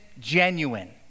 genuine